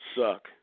suck